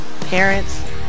parents